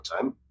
time